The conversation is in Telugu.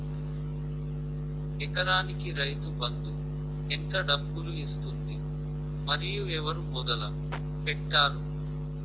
ఎకరానికి రైతు బందు ఎంత డబ్బులు ఇస్తుంది? మరియు ఎవరు మొదల పెట్టారు?